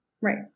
Right